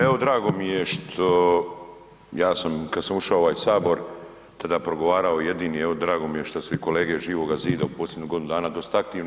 Evo drago mi je što ja sam kada sam ušao u ovaj Sabor tada progovarao jedini, evo drago mi je što su i kolege Živoga zida u posljednjih godinu dana dosta aktivni.